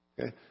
Okay